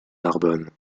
narbonne